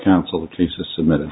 counsel cases submitted